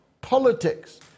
politics